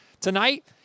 Tonight